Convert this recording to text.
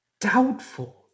Doubtful